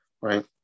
right